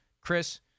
Chris